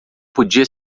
podia